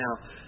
Now